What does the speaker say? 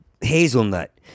hazelnut